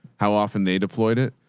how often they deployed it?